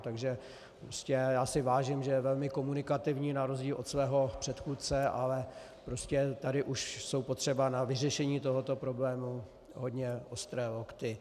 Takže prostě já si vážím, že je velmi komunikativní na rozdíl od svého předchůdce, ale prostě tady už jsou potřeba na vyřešení tohoto problému hodné ostré lokty.